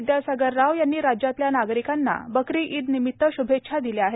विद्यासागर राव यांनी राज्यातल्या नागरिकांना बकरी ईद निमित श्भेच्छा दिल्या आहेत